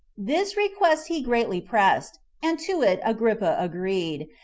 this request he greatly pressed, and to it agrippa agreed,